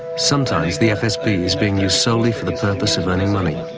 sometimes the fsb is being used solely for the purpose of earning money.